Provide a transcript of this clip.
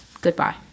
goodbye